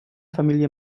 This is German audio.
familie